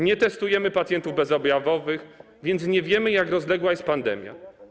Nie testujemy pacjentów bezobjawowych, więc nie wiemy jak rozległa jest pandemia.